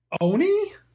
Oni